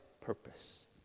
purpose